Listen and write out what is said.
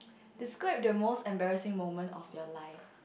describe the most embarrassing moment of your life